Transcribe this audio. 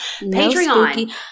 Patreon